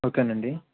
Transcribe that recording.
okay నండి